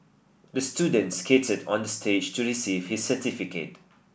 the student skated on the stage to receive his certificate